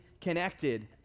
connected